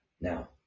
Now